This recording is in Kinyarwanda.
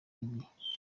igihe